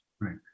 Right